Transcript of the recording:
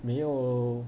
没有